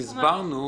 זה הסעיף.